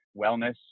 wellness